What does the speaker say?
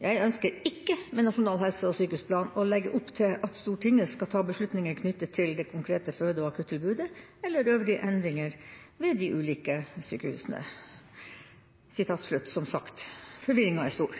«Jeg ønsker ikke med nasjonal helse- og sykehusplan å legge opp til at Stortinget skal ta beslutninger knyttet til det konkrete føde- og akuttilbudet eller øvrige endringer ved de ulike sykehusene.» Forvirringa er stor.